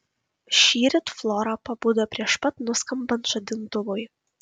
šįryt flora pabudo prieš pat nuskambant žadintuvui